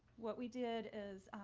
what we did is